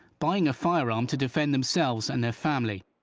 buying a firearm to defend themselves and their family.